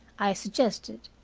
i suggested.